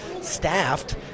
staffed